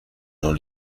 non